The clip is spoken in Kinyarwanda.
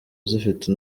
zifite